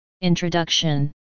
Introduction